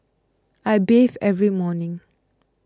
I bathe every morning